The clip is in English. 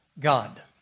God